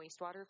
wastewater